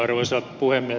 arvoisa puhemies